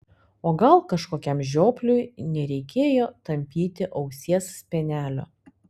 o gal kažkokiam žiopliui nereikėjo tampyti ausies spenelio